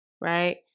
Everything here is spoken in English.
right